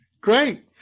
Great